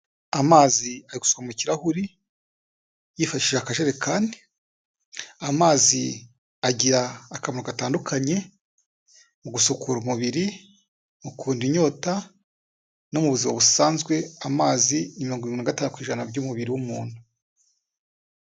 Amazi ari gusukwa mu kirahuri, yifashishije akajerekani, amazi agirakamaro gatandukanye mu gusukura umubiri, mu kurinda inyota no mu buzima busanzwe amazi ni mirongo irindwi na gatanu ku ijana by'umubiri w'umuntu.